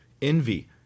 envy